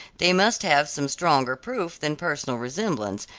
they must have some stronger proof than personal resemblance,